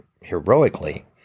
heroically